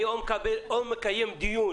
אני או מקיים דיון